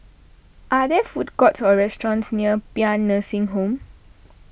are there food courts or restaurants near Paean Nursing Home